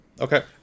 Okay